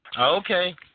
Okay